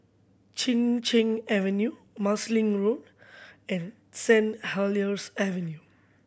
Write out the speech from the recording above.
Chin Cheng Avenue Marsiling Road and Saint Helier's Avenue